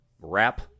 wrap